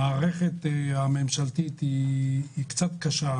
המערכת הממשלתית היא קצת קשה,